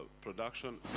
production